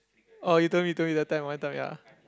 oh you told me you told me that time one time ya